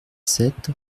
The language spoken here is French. sept